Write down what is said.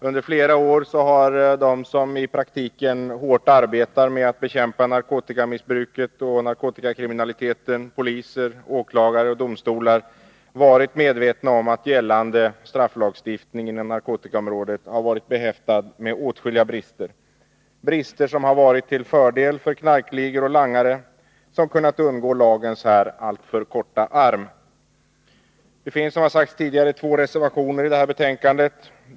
Under flera år har de som i praktiken hårt arbetar med att bekämpa narkotikamissbruket och narkotikakriminaliteten — poliser, åklagare och domstolar — varit medvetna om att gällande strafflagstiftning inom narkotikaområdet har varit behäftad med åtskilliga brister, brister som har varit till fördel för narkotikaligor och langare, som har kunnat undgå lagens här alltför korta arm. Det finns, som tidigare framhållits, två reservationer i denna betänkande.